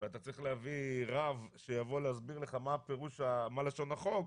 ואתה צריך להביא רב שיבוא ויסביר לך מה לשון החוק,